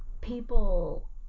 people